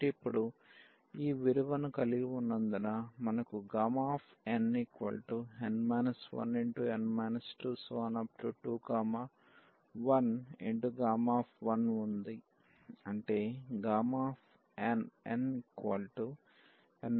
కాబట్టి ఇప్పుడు ఈ విలువను కలిగి ఉన్నందున మనకు nn 1n 22Γఉంది అంటే nn 1